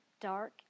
dark